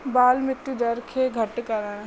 ॿाल मृत्यू दर खे घटि करण